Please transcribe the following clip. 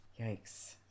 Yikes